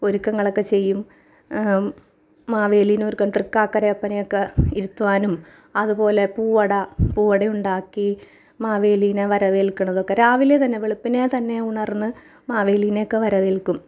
ഒരുക്കങ്ങളൊക്കെ ചെയ്യും മാവേലിനെ ഒരുക്കാൻ തൃക്കാക്കര അപ്പനെയൊക്കെ ഇരുത്തുവാനും അതുപോലെ പൂവട പൂവടയുണ്ടാക്കി മാവേലിനെ വരവേൽക്കുന്നതൊക്കെ രാവിലെ തന്നെ വെളുപ്പിനെ തന്നെ ഉണർന്ന് മാവേലിനെ ഒക്കെ വരവേൽക്കും